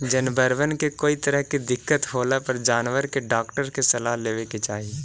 जनबरबन के कोई तरह के दिक्कत होला पर जानबर के डाक्टर के सलाह लेबे के चाहि